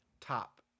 top